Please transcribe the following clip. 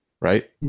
Right